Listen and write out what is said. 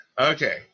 Okay